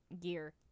gear